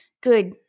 good